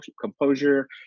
composure